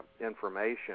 information